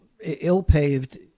ill-paved